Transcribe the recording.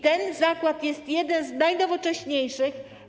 Ten zakład jest jednym z najnowocześniejszych.